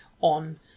on